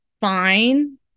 fine